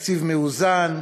תקציב מאוזן.